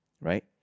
right